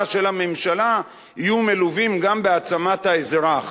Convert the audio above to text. של הממשלה תהיה מלווה גם בהעצמת האזרח,